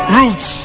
roots